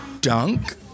dunk